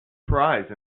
prize